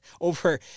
over